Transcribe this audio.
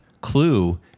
Clue